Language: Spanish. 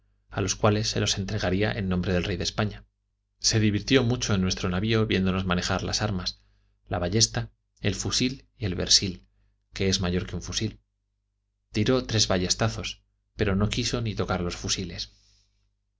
a los cuales se los entregaría en nombre del rey de españa se divirtió mucho en nuestro navio viéndonos manejar las armas la ballesta el fusil y el brasil que es mayor que un fusil tiró tres ballestazos pero no quiso ni tocar los fusiles